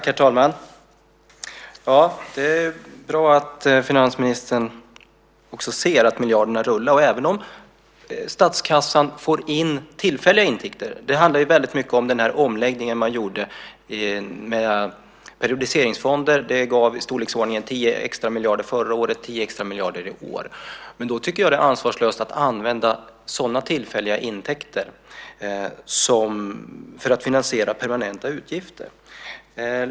Herr talman! Det är bra att finansministern också ser att miljarderna rullar. Även om statskassan får in tillfälliga intäkter handlar det ju väldigt mycket om den omläggning man gjorde. Periodiseringsfonder gav i storleksordningen tio extra miljarder förra året och tio extra miljarder i år. Men då tycker jag att det är ansvarslöst att använda sådana tillfälliga intäkter för att finansiera permanenta utgifter.